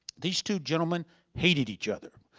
these two gentleman hated each other.